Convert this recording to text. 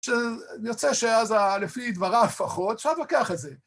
שאני רוצה שאז לפי דבריו לפחות, אפשר להתווכח על זה.